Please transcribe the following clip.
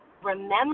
remember